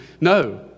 no